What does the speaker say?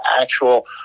actual